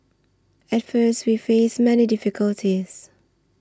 at first we faced many difficulties